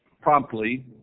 promptly